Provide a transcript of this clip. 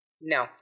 No